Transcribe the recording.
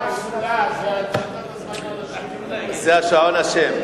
זה השעון אשם.